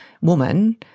woman